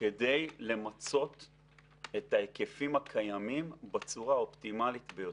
כדי למצות את ההיקפים הקיימים בצורה האופטימלית ביותר.